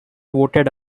voted